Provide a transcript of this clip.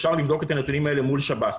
אפשר לבדוק את הנתונים האלה מול שב"ס.